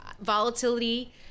volatility